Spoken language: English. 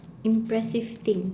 impressive thing